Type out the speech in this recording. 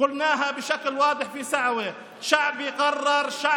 אמרנו את זה באופן ברור בסעווה: העם שלי החליט,